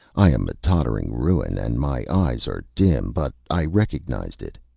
i am a tottering ruin and my eyes are dim, but i recognized it.